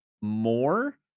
more